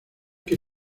que